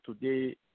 today